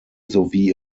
sowie